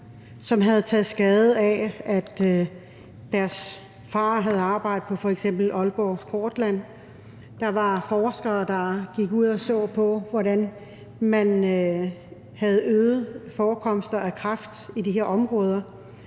som havde taget skade af, at deres far havde arbejdet på f.eks. Aalborg Portland. Der var forskere, der gik ud og så på, hvordan man havde øgede forekomster af kræft i de her områder,